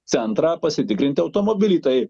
centrą pasitikrinti automobilį tai